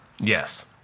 Yes